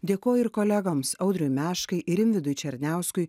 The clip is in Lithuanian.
dėkoju ir kolegoms audriui meškai ir rimvydui černiauskui